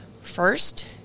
First